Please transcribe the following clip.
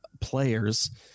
players